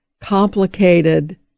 complicated